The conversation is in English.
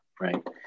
right